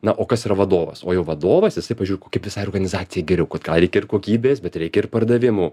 na o kas yra vadovas o jau vadovas jisai pažiūri ko kaip visai organizacijai geriau kad gal reikia ir kokybės bet reikia ir pardavimų